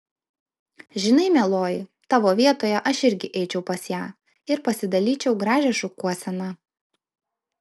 žinai mieloji tavo vietoje aš irgi eičiau pas ją ir pasidalyčiau gražią šukuoseną